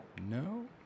no